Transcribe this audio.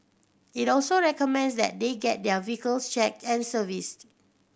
it also recommends that they get their vehicles checked and serviced